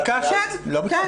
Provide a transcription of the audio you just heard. לא ביקשת?